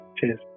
cheers